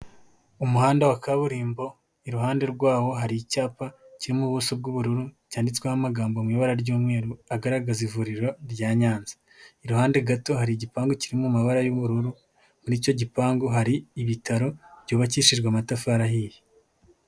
Umuhanda wa kaburimbo, iruhande rwawo hari icyapa kiri mu buso bw'ubururu, cyanditsweho amagambo mu ibara ry'umweru, agaragaza ivuriro rya Nyanza, iruhande gato hari igipangu kiri mu mabara y'ubururu, muri icyo gipangu hari ibitaro, byubakishijwe amatafari ahiye.